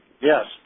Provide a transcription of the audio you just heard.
Yes